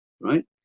right